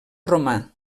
romà